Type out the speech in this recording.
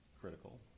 critical